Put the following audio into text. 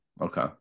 Okay